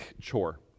chore